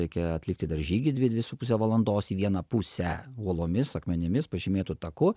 reikėjo atlikti dar žygį dvi dvi su pusė valandos į vieną pusę uolomis akmenimis pažymėtu taku